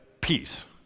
peace